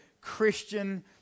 Christian